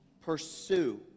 pursue